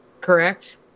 correct